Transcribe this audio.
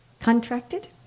Contracted